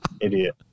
Idiot